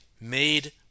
made